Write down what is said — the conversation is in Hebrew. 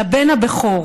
לבן הבכור.